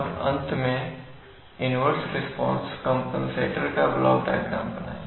और अंत में एक इन्वर्स रिस्पांस कंपनसेटर का ब्लॉक डायग्राम बनाएं